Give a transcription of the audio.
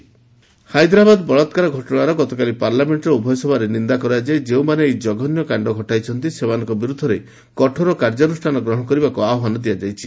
Hyderabad case parliament Hyderabad ବଳାକାର ଘଟଣାର ଗତକାଲି ପାର୍ଲାମେଣ୍ଟର ଉଭୟ ସଭାରେ ନିନ୍ଦା କରାଯାଇ ଯେଉଁମାନେ ଏହି କଘନ୍ୟକାଣ୍ଡ ଘଟାଇଛନ୍ତି ସେମାନଙ୍କ ବିରୁଦ୍ଧରେ କଠୋର କାର୍ଯ୍ୟାନୁଷ୍ଠାନ ଗ୍ରହଣ କରିବାକୁ ଆହ୍ୱାନ ଦିଆଯାଇଛି